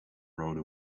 rode